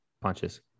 Punches